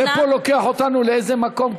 זה לוקח אותנו לאיזה מקום,